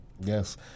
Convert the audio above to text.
Yes